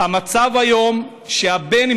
המצב היום הוא שהבן,